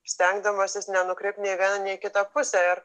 stengdamasis nenukrypt nei į vieną nei į kitą pusę ir